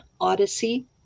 Odyssey